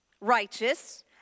righteous